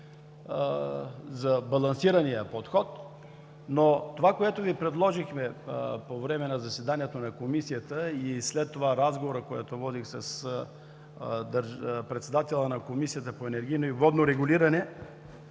за балансирания подход, но това, което Ви предложихме по време на заседанието на Комисията и след това разговорът, който водих с председателя на Комисията по енергийно и водно регулиране,